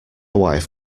wife